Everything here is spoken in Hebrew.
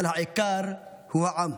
אבל העיקר הוא העם.